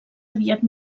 aviat